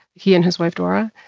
he and his wife dora.